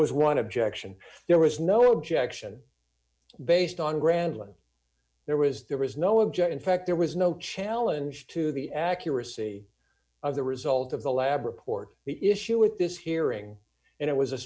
was one objection there was no objection based on granlund there was there was no object in fact there was no challenge to the accuracy of the result of the lab report the issue with this hearing and it was a